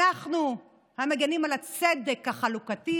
אנחנו המגינים על הצדק החלוקתי,